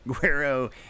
guero